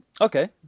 Okay